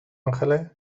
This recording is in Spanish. ángeles